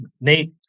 Nate